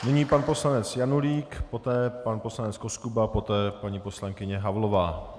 Nyní pan poslanec Janulík, poté pan poslanec Koskuba, poté paní poslankyně Havlová.